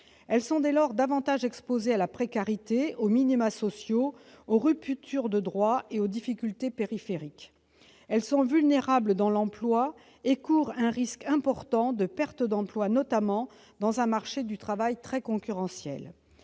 Elles sont dès lors davantage exposées à la précarité, aux minima sociaux, aux ruptures de droits et aux difficultés périphériques. Elles sont vulnérables dans l'emploi et courent un risque important de perte d'emploi, notamment dans un marché du travail très concurrentiel.